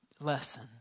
lesson